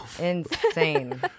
insane